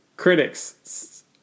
Critics